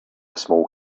small